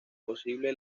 posible